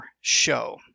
show